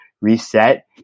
reset